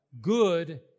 Good